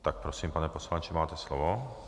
Tak prosím, pane poslanče, máte slovo.